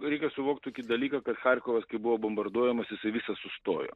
reikia suvokt tokį dalyką kad charkovas kai buvo bombarduojamas jisai visas sustojo